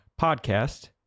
podcast